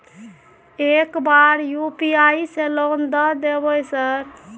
एक बार यु.पी.आई से लोन द देवे सर?